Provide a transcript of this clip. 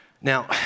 Now